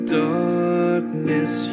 darkness